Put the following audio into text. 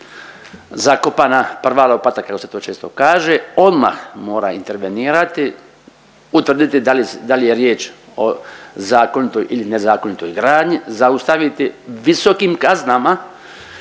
zakopana prva lopata kako se to često kaže, odmah mora intervenirati. Utvrditi da li, da li je riječ o zakonitog ili nezakonitoj gradnji, zaustaviti visokim kaznama,